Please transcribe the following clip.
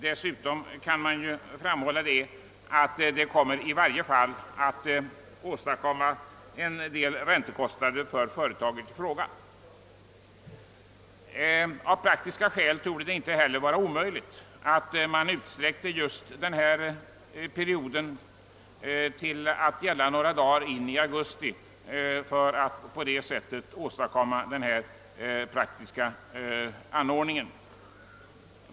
Dessutom kan det framhållas att det i varje fall kommer att medföra vissa räntekostnader för företagen i fråga. Av praktiska skäl torde det inte heller vara omöjligt att utsträcka just denna period några dagar in i augusti för att därmed få en mera praktisk ordning.